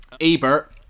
Ebert